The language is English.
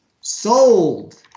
Sold